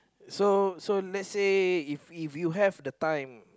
so so let's say if if you have the time